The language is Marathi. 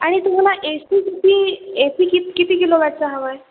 आणि तुम्हाला ए सी किती ए सी कित किती किलो वॅटचा हवा आहे